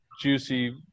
juicy